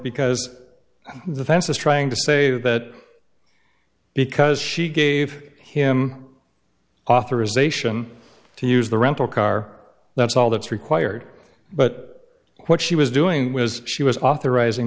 because the fence was trying to say that because she gave him authorization to use the rental car that's all that's required but what she was doing was she was authorizing